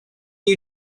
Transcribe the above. you